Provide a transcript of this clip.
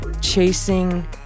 Chasing